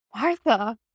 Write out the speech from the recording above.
Martha